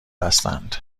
هستند